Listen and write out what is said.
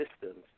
systems